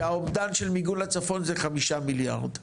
כי האומדן של מיגון לצפון הוא 5 מיליארד,